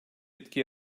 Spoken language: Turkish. etki